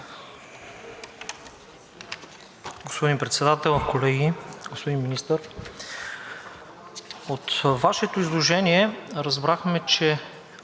Господин Председател, колеги! Господин Министър, от Вашето изложение разбрахме, че